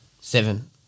Seven